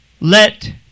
let